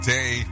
Day